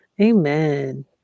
Amen